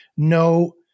No